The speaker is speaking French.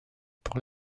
pour